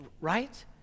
right